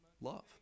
Love